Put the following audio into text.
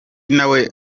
nawe